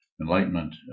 enlightenment